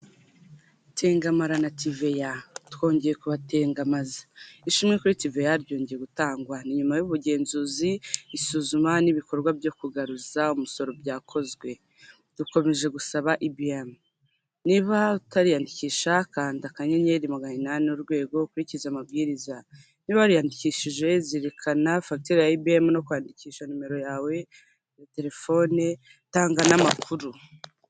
Tengamara na tiveya twongeye kubatengamaza, ishimwe kuri tiveya ryongeye gutangwa ni nyuma y'ubugenzuzi isuzuma n'ibikorwa byo kugaruza umusoro byakozwe dukomeje gusaba ibiyamu niba utariyandikisha kanda kannyeri maganainani urwego ukurikiza amabwiriza nibayandikishije zirikana fatire ya ibiyemu no kwandikisha nimero yawe ya telefone itanga n amakuru.